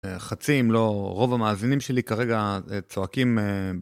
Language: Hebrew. חצי אם לא רוב המאזינים שלי כרגע צועקים